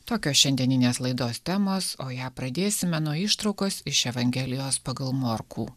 tokios šiandieninės laidos temos o ją pradėsime nuo ištraukos iš evangelijos pagal morkų